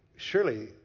Surely